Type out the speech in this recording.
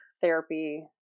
therapy